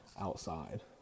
outside